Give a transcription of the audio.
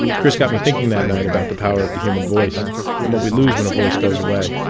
chris got me thinking that night about the power of the human voice and what we lose when a voice goes away.